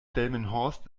delmenhorst